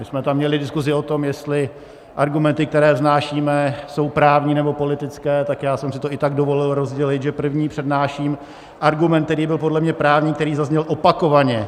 My jsme tam měli diskuzi o tom, jestli argumenty, které vznášíme, jsou právní, nebo politické, tak já jsem si to i tak dovolil rozdělit, že první přednáším argument, který byl podle mě právní, který zazněl opakovaně.